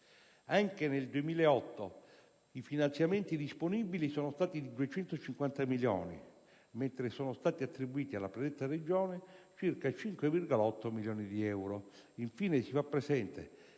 Anche nel 2008 i finanziamenti disponibili sono stati di 252 milioni, mentre sono stati attribuiti alla predetta Regione circa 5,8 milioni di euro. Infine, si fa presente